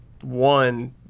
One